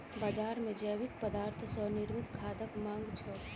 बजार मे जैविक पदार्थ सॅ निर्मित खादक मांग छल